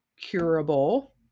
curable